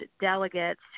delegates